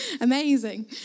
Amazing